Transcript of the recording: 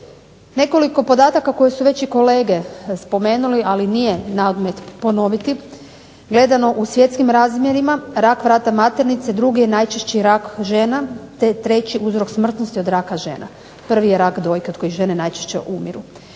Nekoliko podataka koji su veći kolege spomenuli, ali nije naodmet ponoviti. Gledano u svjetskim razmjerima rak vrata maternice drugi je najčešći rak žena te treći uzrok smrtnosti od raka žena. Prvi je rak dojke od kojeg žene najčešće umiru.